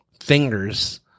fingers